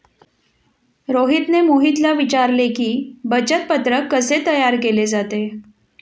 रोहितने मोहितला विचारले की, बचत पत्रक कसे तयार केले जाते?